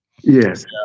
Yes